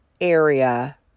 area